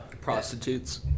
prostitutes